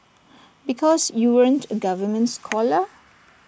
because you weren't A government scholar